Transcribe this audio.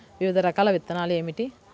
వివిధ రకాల విత్తనాలు ఏమిటి?